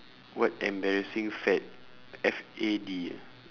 what embarrassing fad F A D ah